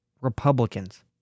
Republicans